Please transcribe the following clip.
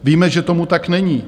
Víme, že tomu tak není.